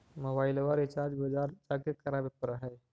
मोबाइलवा रिचार्ज बजार जा के करावे पर है?